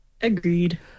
Agreed